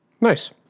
Nice